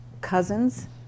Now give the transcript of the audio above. cousins